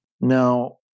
Now